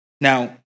Now